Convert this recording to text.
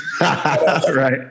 Right